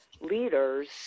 leaders